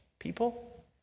People